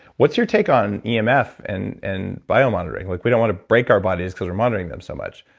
what's your take on yeah um emf and and bio bio monitoring? like we don't want to break our bodies because we're monitoring them so much.